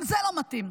גם זה לא מתאים.